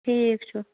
ٹھیٖک چھُ